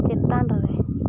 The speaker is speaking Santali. ᱪᱮᱛᱟᱱᱨᱮ